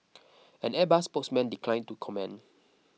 an Airbus spokesman declined to comment